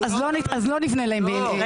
אז לא נבנה להם בניין.